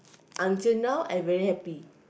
until now I very happy